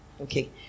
Okay